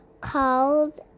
called